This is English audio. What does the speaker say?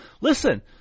Listen